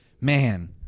Man